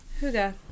Huga